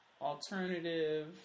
alternative